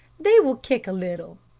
they will kick a little.